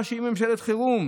הממשלה, שהיא ממשלת חירום: